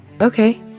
Okay